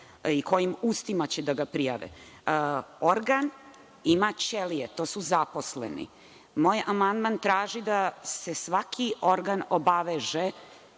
i kojim ustima će da ga prijave. Organ ima ćelije, to su zaposleni. Moj amandman traži da se svaki organ obaveže,